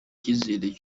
cyizere